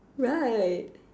right